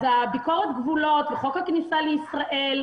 ביקורת הגבולות וחוק הכניסה לישראל,